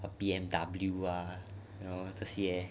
wha B_M_W ah you know 这些